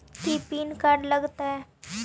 की PAN card लग तै?